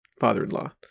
father-in-law